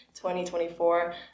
2024